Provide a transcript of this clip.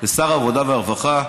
לשר העבודה והרווחה,